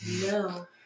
No